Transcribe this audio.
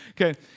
Okay